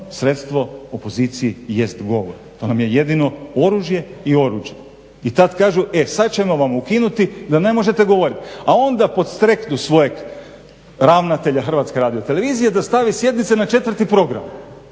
sredstvo u opoziciji jest govor to nam je jedino oružje i oruđe. I tada kažu e sada ćemo vam ukinuti da ne možete govoriti a onda pod … svojeg ravnatelja HRT-a da stavi sjednice na 4.program.